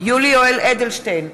יולי יואל אדלשטיין,